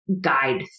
guide